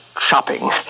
shopping